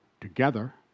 together